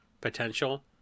potential